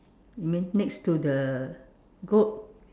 you mean next to the goat